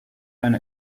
and